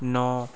नौ